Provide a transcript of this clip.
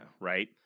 right